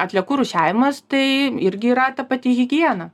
atliekų rūšiavimas tai irgi yra ta pati higiena